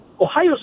Ohio